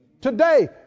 today